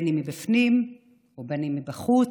אם מבפנים ואם מבחוץ.